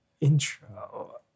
intro